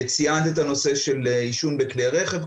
ציינת את הנושא של עישון בכלי רכב,